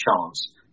chance